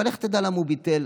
אבל לך תדע למה הוא ביטל.